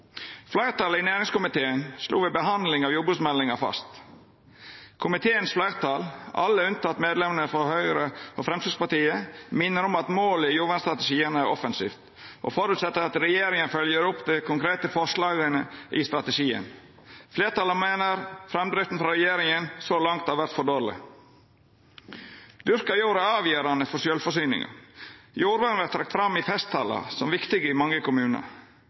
i næringskomiteen slo ved behandlinga av jordbruksmeldinga fast: «Komiteens flertall, alle unntatt medlemmene fra Høyre og Fremskrittspartiet, minner om at målet i jordvernstrategien er offensivt, og forutsetter at regjeringen følger opp de konkrete forslagene i strategien. Flertallet mener fremdriften fra regjeringen så langt har vært for dårlig.» Dyrka jord er avgjerande for sjølvforsyninga. Jordvern vert trekt fram i festtalar som viktig i mange